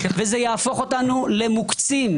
וזה יהפוך אותנו למוקצים.